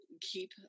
keep